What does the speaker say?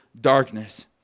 darkness